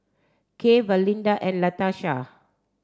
Kay Valinda and Latarsha